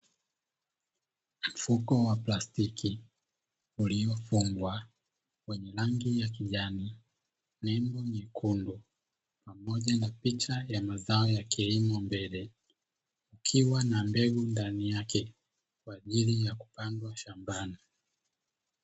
Mfuko wa plastiki uliofungwa, wenye rangi ya kijani nembo nyekundu pamoja na picha ya mazao ya kilimo mbele, ikiwa na mbegu ndani yake kwa ajili ya kupandwa shambani.